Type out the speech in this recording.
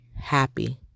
happy